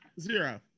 Zero